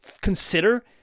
consider